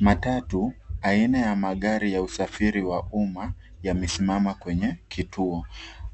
Matatu aina ya magari ya usafiri wa uma, yamesimama kwenye kituo.